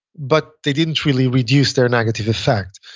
but they didn't really reduce their negative effect.